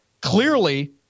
clearly